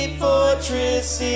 fortress